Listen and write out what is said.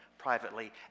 privately